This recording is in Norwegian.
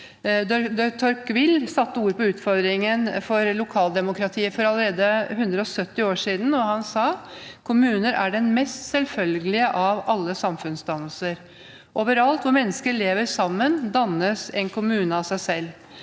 Tocqueville satte ord på utfordringen for lokaldemokratiet allerede for 170 år siden. Han sa: «Kommuner er den mest selvfølgelige av alle samfunnsdannelser. Overalt hvor mennesker lever sammen, dannes en kommune av seg selv.»